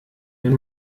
wenn